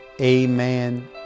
Amen